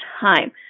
time